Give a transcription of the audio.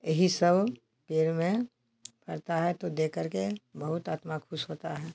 यही सब पेड़ में फलता है तो देख कर के बहुत आत्मा खुश होता है